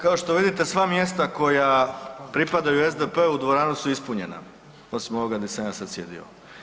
Kao što vidite sva mjesta koja pripadaju SDP-u u dvorani su ispunjena osim ovoga gdje sam ja sad sjedio.